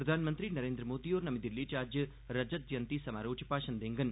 प्रधानमंत्री नरेन्द्र मोदी होर नमीं दिल्ली च अज्ज रजत जयंती समारोह च भाषण देङन